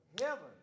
heaven